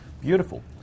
beautiful